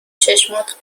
چشمات